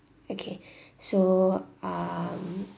okay so um